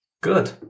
Good